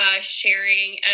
sharing